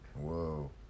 Whoa